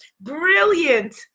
brilliant